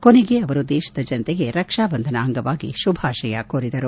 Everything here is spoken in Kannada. ಕೊನೆಗೆ ಅವರು ದೇಶದ ಜನತೆಗೆ ರಕ್ಷಾಬಂಧನ ಅಂಗವಾಗಿ ಶುಭಾಶಯ ಕೋರಿದರು